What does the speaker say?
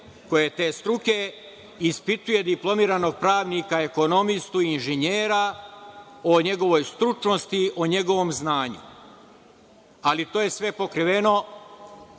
ko je te struke, ispituje diplomiranog pravnika, ekonomistu, inženjera o njegovoj stručnosti, o njegovom znanju. Ali, to je sve pokriveno